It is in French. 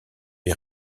est